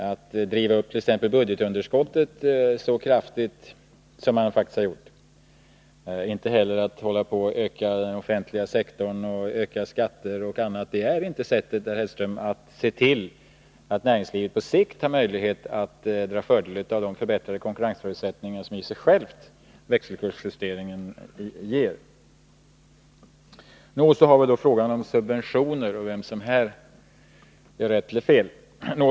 Att driva upp budgetunderskottet så kraftigt som man har gjort kan inte fungera, inte heller att öka den offentliga sektorn och att öka skatter m.m. Det är inte sättet, herr Hellström, att se till att näringslivet på sikt får möjlighet att dra fördelar av de förbättrade konkurrensförutsättningar som växelkursjusteringen i sig ger. Så har vi frågan om subventioner och vem som gör rätt eller fel.